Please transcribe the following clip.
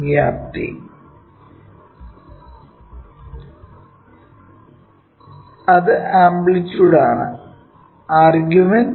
വിദ്യാർത്ഥി അത് ആംപ്ലിറ്റ്യൂഡാണ് ആർഗ്യുമെന്റ്